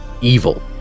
evil